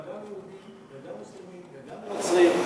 נוצרים,